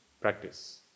Practice